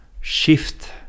shift